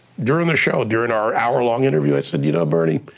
during the show, during our hour-long interview, i said, you know bernie,